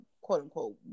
quote-unquote